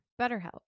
BetterHelp